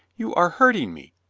you are hurting me,